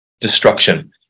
destruction